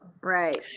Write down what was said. right